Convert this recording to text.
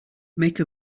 make